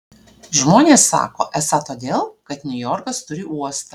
žmonės sako esą todėl kad niujorkas turi uostą